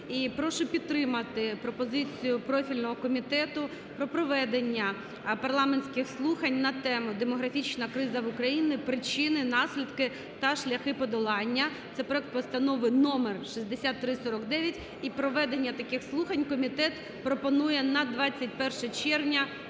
прошу підтримати пропозицію профільного комітету про проведення парламентських слухань на тему: "Демографічна криза в Україні: причини, наслідки та шляхи подолання", це проект Постанови № 6349. І проведення таких слухань комітет пропонує на 21 червня